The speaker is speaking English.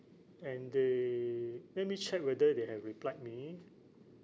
and they let me check whether they have replied me